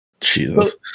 Jesus